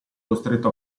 costretto